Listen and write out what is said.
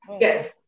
yes